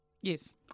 Yes